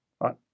right